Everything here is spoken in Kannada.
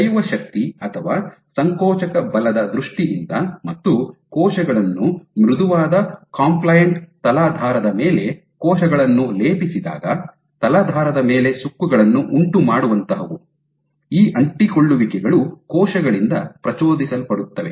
ಎಳೆಯುವ ಶಕ್ತಿ ಅಥವಾ ಸಂಕೋಚಕ ಬಲದ ದೃಷ್ಟಿಯಿಂದ ಮತ್ತು ಕೋಶಗಳನ್ನು ಮೃದುವಾದ ಕಂಪ್ಲೈಂಟ್ ತಲಾಧಾರದ ಮೇಲೆ ಕೋಶಗಳನ್ನು ಲೇಪಿಸಿದಾಗ ತಲಾಧಾರದ ಮೇಲೆ ಸುಕ್ಕುಗಳನ್ನು ಉಂಟುಮಾಡುವಂತಹವು ಈ ಅಂಟಿಕೊಳ್ಳುವಿಕೆಗಳು ಕೋಶಗಳಿಂದ ಪ್ರಚೋದಿಸಲ್ಪಡುತ್ತವೆ